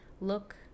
look